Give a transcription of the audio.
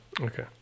Okay